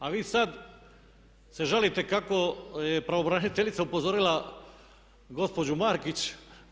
A vi sad se žalite kako je pravobraniteljica upozorila gospođu Markić.